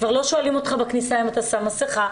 כבר לא שואלים אותך בכניסה אם אתה שם מסכה,